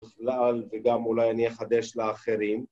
‫בכלל, וגם אולי אני אחדש לאחרים.